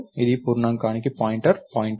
ఇది పూర్ణాంకానికి పాయింటర్కి పాయింటర్